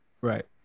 Right